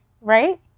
Right